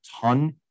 ton